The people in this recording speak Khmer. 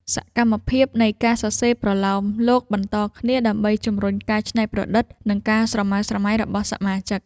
សកម្មភាពនៃការសរសេរប្រលោមលោកបន្តគ្នា ដើម្បីជម្រុញការច្នៃប្រឌិត និងការស្រមើស្រមៃរបស់សមាជិក។